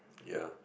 ya